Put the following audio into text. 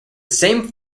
same